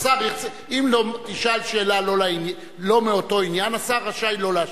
אם תשאל שאלה לא באותו עניין, השר רשאי לא להשיב.